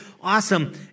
awesome